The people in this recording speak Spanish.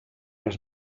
las